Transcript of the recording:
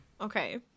Okay